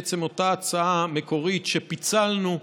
בעצם אותה הצעה מקורית שפיצלנו,